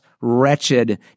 wretched